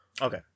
Okay